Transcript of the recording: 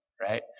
Right